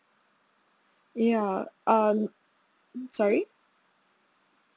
ya um mm sorry